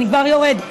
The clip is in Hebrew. אני כבר יורדת.